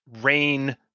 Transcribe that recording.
rain